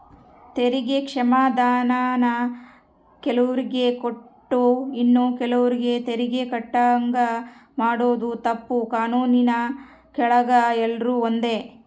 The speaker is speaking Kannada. ತೆರಿಗೆ ಕ್ಷಮಾಧಾನಾನ ಕೆಲುವ್ರಿಗೆ ಕೊಟ್ಟು ಇನ್ನ ಕೆಲುವ್ರು ತೆರಿಗೆ ಕಟ್ಟಂಗ ಮಾಡಾದು ತಪ್ಪು, ಕಾನೂನಿನ್ ಕೆಳಗ ಎಲ್ರೂ ಒಂದೇ